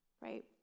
right